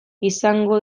izango